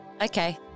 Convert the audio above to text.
Okay